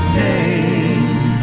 name